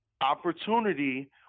opportunity